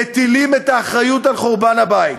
מטילים את האחריות לחורבן הבית,